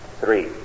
Three